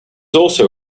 also